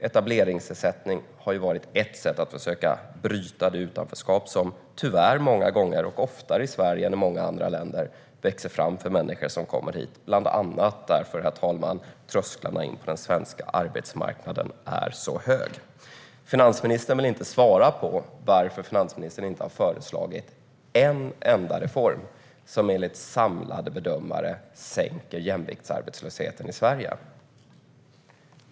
Etableringsersättning har varit ett sätt att försöka bryta det utanförskap som tyvärr många gånger - oftare i Sverige än i många andra länder - växer fram för människor som kommer hit, bland annat därför att trösklarna in till den svenska arbetsmarknaden är så höga. Finansministern vill inte svara på varför hon inte har föreslagit en enda reform som enligt samlade bedömare sänker jämviktsarbetslösheten i Sverige.